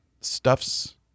stuff's